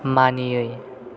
मानियै